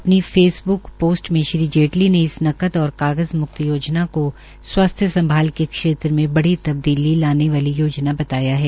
अपनी Facebook post में श्री जेटली ने इस नकद और कागज़ मुक्त योजना को स्वास्थ्य संभाल के क्षेत्र में बड़ी तबदीली लाने वाली योजना बताया है